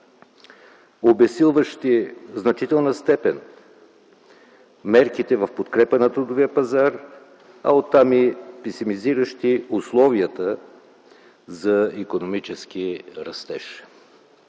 обезсилващи в значителна степен мерките в подкрепа на трудовия пазар, а оттам и песимизиращи условията за икономически растеж.